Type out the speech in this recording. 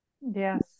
Yes